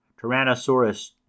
Tyrannosaurus